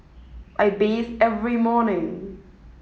I bathe every morning